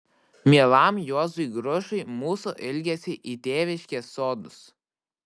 mielam juozui grušui mūsų ilgesį į tėviškės sodus